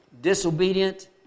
disobedient